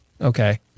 okay